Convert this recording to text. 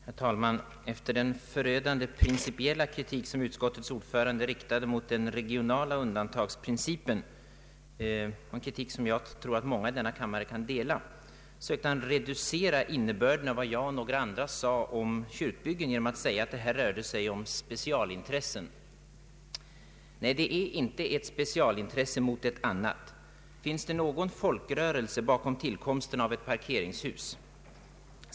Herr talman! Efter den förödande principiella kritik som utskottets ordförande riktade mot den regionala undantagsprincipen — en kritik som jag tror att många i denna kammare kan dela — sökte han reducera innebörden i vad jag och några andra sade om kyrkobyggen genom att framhålla att det här rörde sig om specialintressen. Nej, det är inte ett specialintresse som står mot ett annat. Finns det någon folkrörelse bakom tillkomsten av ett parkeringshus?